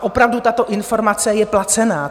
A opravdu, tato informace je placená.